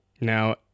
Now